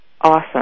awesome